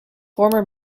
former